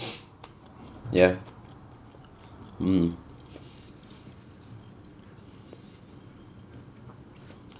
ya mmhmm